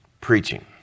Preaching